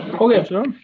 Okay